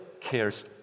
cares